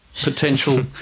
potential